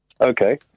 Okay